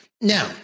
Now